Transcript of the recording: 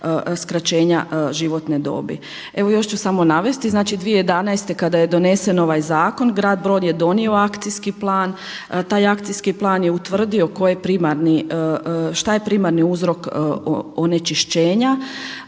Evo još ću samo navesti, znači 2011. kada je donesen ovaj zakon grad Brod je donio akcijski plan, taj akcijski plan je utvrdio šta je primarni uzrok onečišćenja.